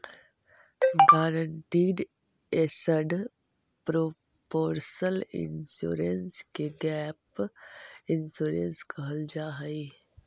guaranteed asset proportion insurance के gap insurance कहल जाऽ हई